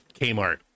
Kmart